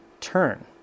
turn